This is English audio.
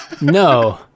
No